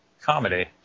Comedy